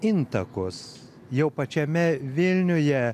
intakus jau pačiame vilniuje